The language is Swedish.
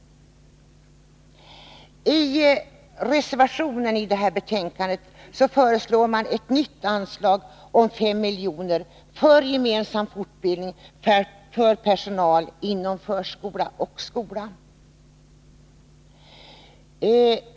I reservationen till det här betänkandet föreslås ett nytt anslag om 5 milj.kr. för gemensam fortbildning av personal inom förskola och skola.